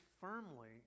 firmly